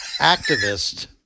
activist